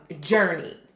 journey